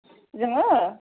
जोङो